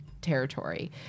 territory